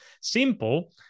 Simple